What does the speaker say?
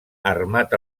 armat